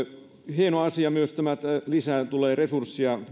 hieno asia on myös tämä että lisää tulee resursseja